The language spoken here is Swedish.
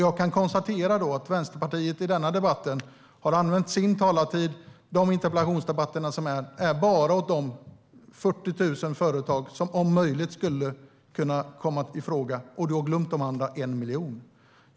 Jag kan konstatera att Vänsterpartiet i denna debatt har använt sin talartid åt de 40 000 företag som om möjligt skulle kunna komma ifråga. Det gäller även i interpellationsdebatter. Du har glömt de andra 1 miljon företagen, Daniel Sestrajcic.